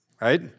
right